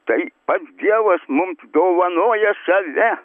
tai pats dievas mums dovanoja save